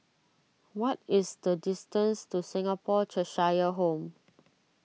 what is the distance to Singapore Cheshire Home